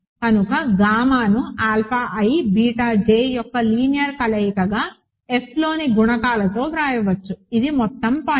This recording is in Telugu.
కనుక గామాను ఆల్ఫా i బీటా j యొక్క లీనియర్ కలయికగా Fలోని గుణకాలతో వ్రాయవచ్చు అది మొత్తం పాయింట్